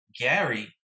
Gary